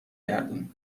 گردون